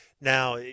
Now